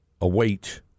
Await